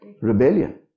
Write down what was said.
Rebellion